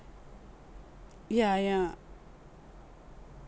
yeah yeah